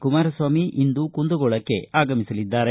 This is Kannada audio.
ಕುಮಾರಸ್ವಾಮಿ ಇಂದು ಕುಂದಗೋಳಕ್ಕೆ ಆಗಮಿಸಲಿದ್ದಾರೆ